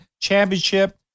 Championship